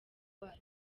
wayo